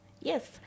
Yes